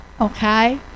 okay